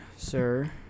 Sir